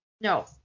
No